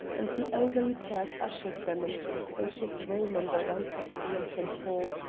and the elderly turk ushered them into a spacious room on the right of the entrance hall,